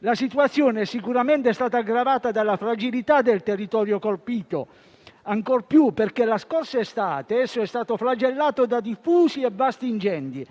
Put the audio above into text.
La situazione sicuramente è stata aggravata dalla fragilità del territorio colpito, ancor più perché la scorsa estate esso è stato flagellato da diffusi e vasti incendi.